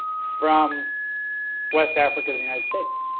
from west africa to the united states.